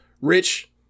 Rich